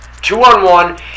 two-on-one